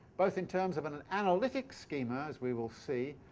both in terms of an an analytic schema, as we will see,